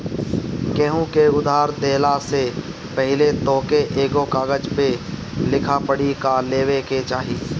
केहू के उधार देहला से पहिले तोहके एगो कागज पअ लिखा पढ़ी कअ लेवे के चाही